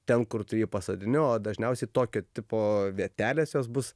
ten kur tu jį pasodini o dažniausiai tokio tipo vietelės jos bus